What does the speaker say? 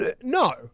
No